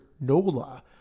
Nola